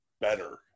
better